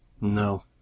No